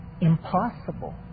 impossible